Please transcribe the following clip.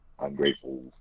ungrateful